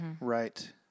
Right